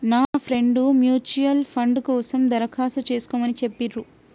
నా friend mutual fund కోసం దరఖాస్తు చేస్కోమని చెప్పిర్రు